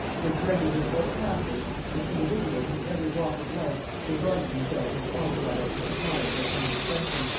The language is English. which writers in all classes and individuals in every walk of life regarded themselves as authorized to supply at their own discretion,